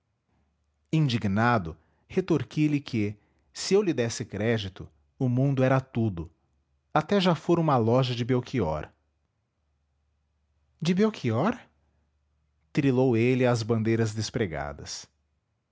indignado retorqui lhe que se eu lhe desse crédito o mundo era tudo até já fora uma loja de belchior de belchior trilou ele às bandeiras despregadas